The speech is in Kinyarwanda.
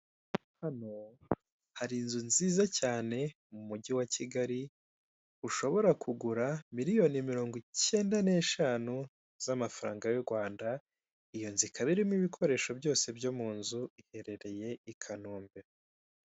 Hano hari inzu nziza cyane mumugi wa Kigali ushobora kugura miliyoni mirongo ikenda n'eshanu z'amafaranga y'urwanda. iyo nzu ikaba irimo ibikoresho byose byo munzu, iherereye ikanambe.